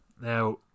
Now